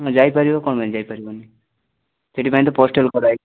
ହଁ ଯାଇପାରିବ କ'ଣ ପାଇଁ ଯାଇପାରିବନି ସେଥିପାଇଁ ତ ପୋଷ୍ଟାଲ୍ କରଯାଇଛି